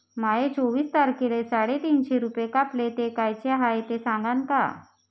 माये चोवीस तारखेले साडेतीनशे रूपे कापले, ते कायचे हाय ते सांगान का?